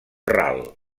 ral